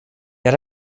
jag